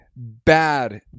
bad